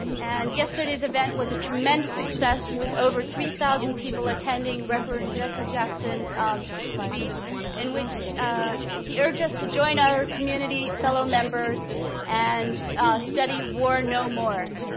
and yesterday's event was a tremendous success, with over three thousand people attending reverend jesse jackson's um speech in which he urged us to join our community fellow members and study war no more.